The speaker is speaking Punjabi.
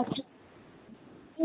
ਅੱਛਾ